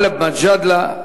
גאלב מג'אדלה,